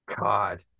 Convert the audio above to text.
god